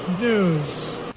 news